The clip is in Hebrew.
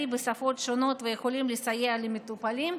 בשפות שונות ויכולים לסייע למטופלים?